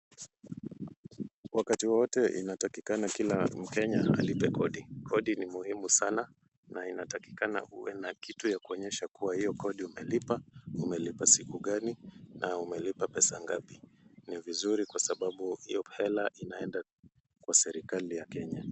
Wakati wowote inatakikana kila mkenya alipe kodi. Kodi ni muhimu sana na inatakikana uwe na kitu ya kuonyesha kuwa hiyo kodi umelipa na umelipa siku gani na umelipa pesa ngapi. Ni vizuri kwa sababu hiyo pesa inaenda kwa serikali ya Kenya.